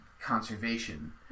conservation